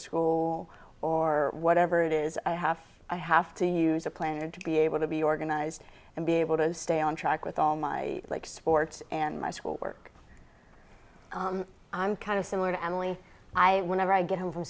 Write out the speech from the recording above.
school or whatever it is i have i have to use a planner to be able to be organized and be able to stay on track with all my likes sports and my schoolwork i'm kind of similar to emily i whenever i get home from